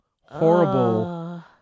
horrible